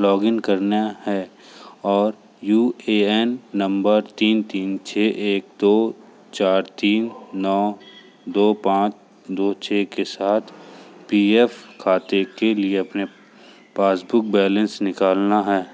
log in करना है और यू ए एन नंबर तीन तीन छः एक दो चार तीन नौ दो पाँच दो छः के साथ पी एफ़ खाते के लिए अपना पासबुक बैलेंस निकालना है